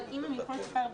אבל הם יוכלו לספר.